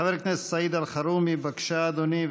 חבר הכנסת סעיד אלחרומי, בבקשה, אדוני.